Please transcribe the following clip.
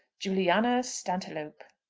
juliana stantiloup.